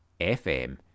FM